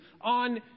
on